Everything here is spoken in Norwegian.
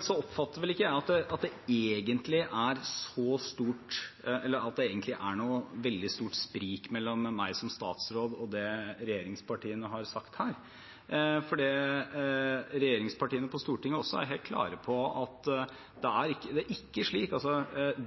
Så oppfatter vel ikke jeg at det egentlig er noe veldig stort sprik mellom det jeg som statsråd og det regjeringspartiene har sagt her, for regjeringspartiene på Stortinget er også helt klare på at